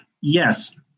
yes